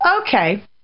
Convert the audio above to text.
Okay